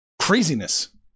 Craziness